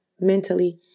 mentally